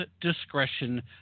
discretion